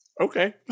okay